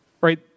right